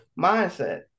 mindset